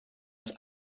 uns